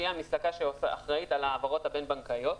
שהיא המסלקה שאחראית על ההעברות הבין-בנקאיות,